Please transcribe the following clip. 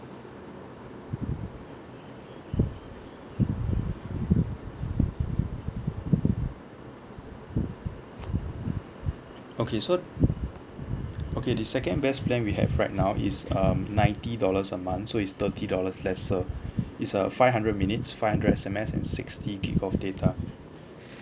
okay so okay the second best plan we have right now is um ninety dollars a month so is thirty dollars lesser is a five hundred minutes five hundred S_M_S and sixty gigabyte of data